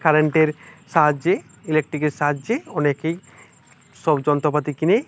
কারেন্টের সাহায্যে ইলেকট্রিকের সাহায্যে অনেকেই সব যন্ত্রপাতি কিনে